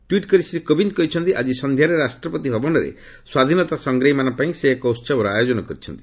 tweet କରି ଶ୍ରୀ କୋବିନ୍ଦ କହିଛନ୍ତି ଆଜି ସନ୍ଧ୍ୟାରେ ରାଷ୍ଟ୍ରପତି ଭବନରେ ସ୍ୱାଧୀନତା ସଂଗ୍ରାମୀମାନଙ୍କ ପାଇଁ ଏକ ଉହବର ଆୟୋଜନ କରିଛନ୍ତି